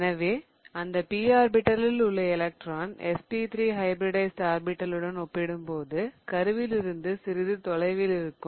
எனவே அந்த p ஆர்பிடலில் உள்ள எலக்ட்ரான் sp3 ஹைபிரிடைஸிட் ஆர்பிடலுடன் ஒப்பிடும்போது கருவில் இருந்து சிறிது தொலைவில் இருக்கும்